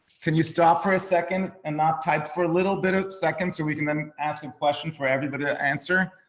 can you stop for a second and not type for a little bit of seconds, so we can then ask a question for everybody answer.